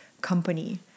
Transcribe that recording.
company